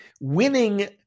Winning